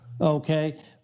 okay